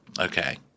Okay